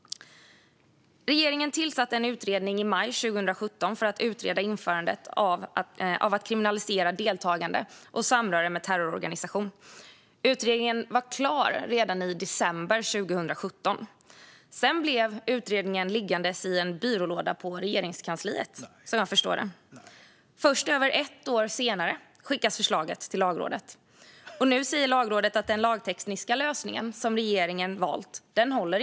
Regeringen tillsatte en utredning i maj 2017 för att utreda ett införande av kriminalisering av deltagande i och samröre med terrororganisation. Utredningen var klar redan i december 2017. Sedan blev utredningen liggande i en byrålåda på Regeringskansliet, som jag förstår det. Först över ett år senare skickades förslaget till Lagrådet, och nu säger Lagrådet att den lagtekniska lösning som regeringen valt inte håller.